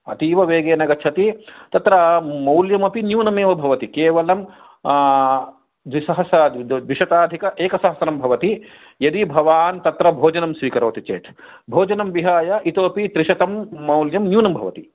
अतीव वेगेन गच्छति तत्र मौल्यमपि न्यूनम् एव भवति केवलम् द्विसहस्र द्विशताधिक एकसहस्रं भवति यदि भवान् तत्र भोजनं स्वीकरोति चेत् भोजनं विहाय इतोपि त्रिशतं मौल्यं न्यूनं भवति